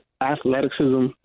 athleticism